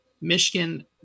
Michigan